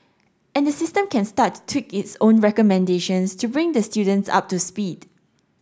and the system can start to tweak its own recommendations to bring the students up to speed